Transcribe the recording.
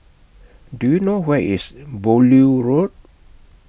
Do YOU know Where IS Beaulieu Road